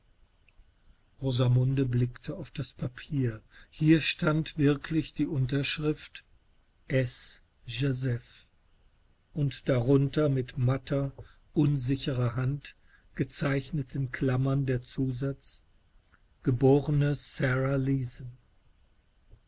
rosamunde blickte auf das papier hier stand wirklich die unterschrift s jazeph und darunter in mit matter unsicherer hand gezeichneten klammern der zusatz